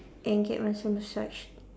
and get myself massaged